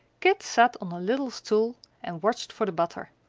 kit sat on a little stool and watched for the butter.